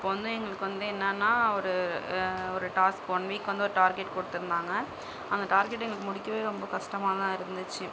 அப்போ வந்து எங்களுக்கு வந்து என்னன்னா ஒரு ஒரு டாஸ்க் ஒன் வீக் வந்து ஒரு டார்கெட் கொடுத்துருந்தாங்க அந்த டார்கெட் எங்களுக்கு முடிக்கவே ரொம்ப கஷ்டமாகதான் இருந்துச்சு